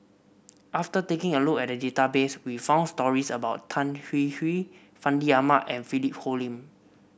after taking a look at the database we found stories about Tan Hwee Hwee Fandi Ahmad and Philip Hoalim